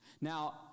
now